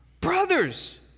brothers